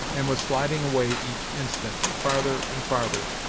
and was sliding away each instant, farther and farther,